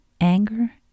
Anger